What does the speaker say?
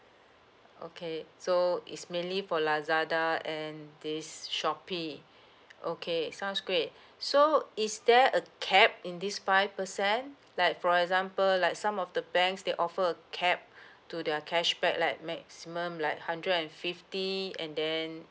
okay so it's mainly for Lazada and this Shopee okay sounds great so is there a cap in this five percent like for example like some of the banks they offer a cap to their cashback like maximum like hundred and fifty and then